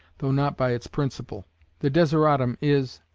though not by its principle the desideratum is,